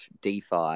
DeFi